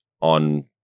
on